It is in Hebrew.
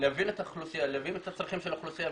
להבין את האוכלוסייה ולהבין את הצרכים שלה.